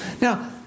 Now